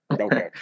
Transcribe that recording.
okay